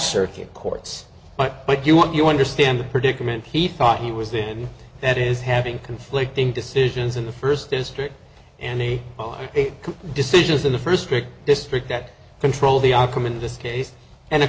circuit courts but what you want you understand the predicament he thought he was in that is having conflicting decisions in the first district and the own decisions in the first trick district that control the outcome in this case and a